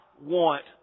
want